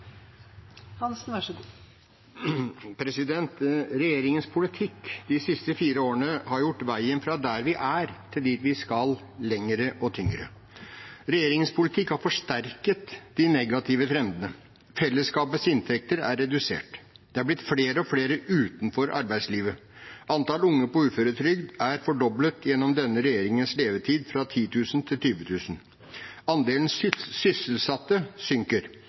til dit vi skal, lengre og tyngre. Regjeringens politikk har forsterket de negative trendene. Fellesskapets inntekter er redusert. Det er blitt flere og flere utenfor arbeidslivet. Antall unge på uføretrygd er fordoblet gjennom denne regjeringens levetid, fra 10 000 til 20 000. Andelen sysselsatte synker.